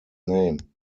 name